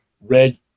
red